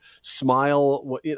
smile